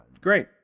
Great